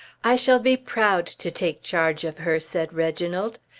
i shall be proud to take charge of her, said reginald.